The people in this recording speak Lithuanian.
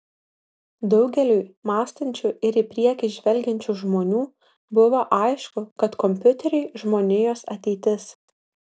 daugeliui mąstančių ir į priekį žvelgiančių žmonių buvo aišku kad kompiuteriai žmonijos ateitis